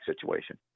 situation